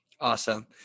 Awesome